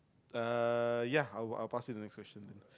uh ya I'll I'll pass you the next question